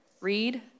read